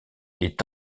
est